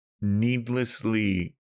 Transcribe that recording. needlessly